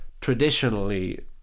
traditionally